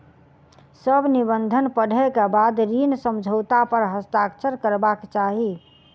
सभ निबंधन पढ़ै के बाद ऋण समझौता पर हस्ताक्षर करबाक चाही